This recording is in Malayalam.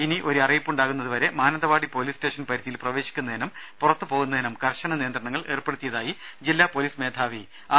ഇനി ഒരു അറിയിപ്പുണ്ടാകുന്നത് വരെ മാനന്തവാടി പോലീസ് സ്റ്റേഷൻ പരിധിയിൽ പ്രവേശിക്കുന്നതിനും പുറത്ത് പോകുന്നതിനും കർശന നിയന്ത്രണങ്ങൾ ഏർപ്പെടുത്തിയതായി ജില്ലാ പോലീസ് മേധാവി ആർ